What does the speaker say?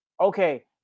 Okay